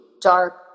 dark